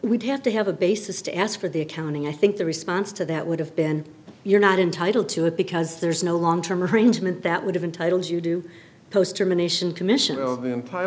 would have to have a basis to ask for the accounting i think the response to that would have been you're not entitled to it because there's no long term arrangement that would have entitles you do post germination commission of